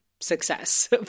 success